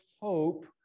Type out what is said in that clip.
hope